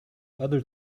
other